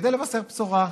כדי לבשר בשורה לכנסת.